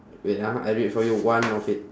wait ah I read for you one of it